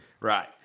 right